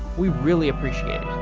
we really appreciate